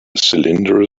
cylinder